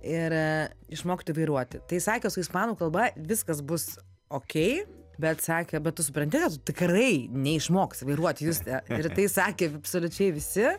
ir a išmokti vairuoti tai sakė su ispanų kalba viskas bus okei bet sakė bet tu supranti kad tikrai neišmoksi vairuot juste ir tai sakė absoliučiai visi